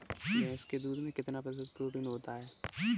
भैंस के दूध में कितना प्रतिशत प्रोटीन होता है?